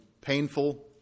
painful